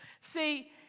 See